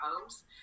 homes